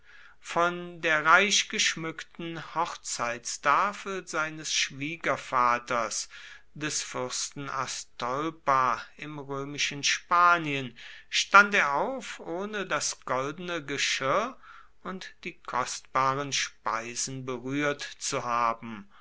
von der reichgeschmückten hochzeitstafel seines schwiegervaters des fürsten astolpa im römischen spanien stand er auf ohne das goldene geschirr und die kostbaren speisen berührt zu haben